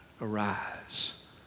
arise